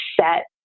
set